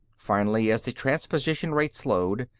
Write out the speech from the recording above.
finally, as the transposition-rate slowed,